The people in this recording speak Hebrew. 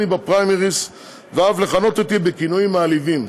בפריימריז ואף לכנות אותי בכינויים מעליבים.